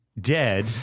dead